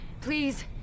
Please